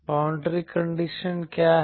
boundary condition क्या हैं